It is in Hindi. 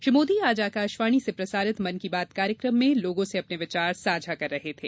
श्री मोदी आज आकाशवाणी से प्रसारित मन की बात कार्यक्रम में लोगों से अपने विचार साझा कर रहे थे